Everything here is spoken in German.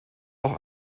auch